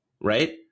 right